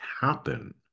happen